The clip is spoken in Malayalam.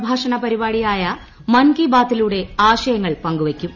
പ്രഭാഷണ പരിപാടിയായ മൻ കി ബാത്തിലൂടെ ആശയങ്ങൾ പങ്കു വയ്ക്കും